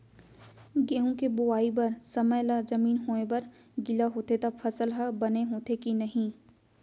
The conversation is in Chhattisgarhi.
गेहूँ के बोआई बर समय ला जमीन होये बर गिला होथे त फसल ह बने होथे की नही?